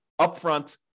upfront